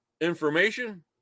information